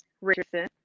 Richardson